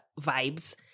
vibes